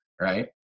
right